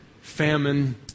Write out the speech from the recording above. famine